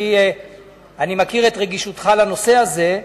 אני מכיר את רגישותך לנושא הזה,